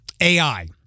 AI